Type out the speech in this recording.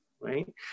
right